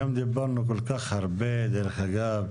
היום דיברנו כל כך הרבה, דרך אגב,